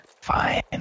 Fine